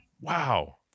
wow